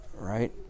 right